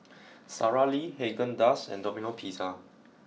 Sara Lee Haagen Dazs and Domino pizza